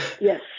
Yes